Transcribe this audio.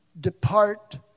depart